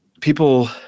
people